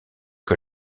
que